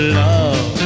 love